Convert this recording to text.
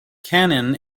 cannon